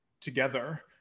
together